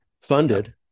funded